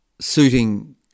suiting